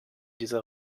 dieser